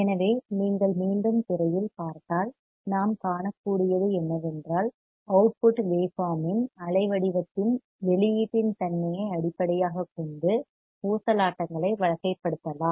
எனவே நீங்கள் மீண்டும் திரையில் பார்த்தால் நாம் காணக்கூடியது என்னவென்றால் அவுட்புட் வேவ் பார்ம் இன் அலைவடிவத்தின் வெளியீட்டின் தன்மையை அடிப்படையாகக் கொண்டு ஊசலாட்டங்களை வகைப்படுத்தலாம்